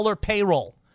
payroll